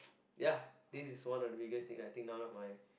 ya this is one of the biggest thing I think none of my